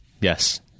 yes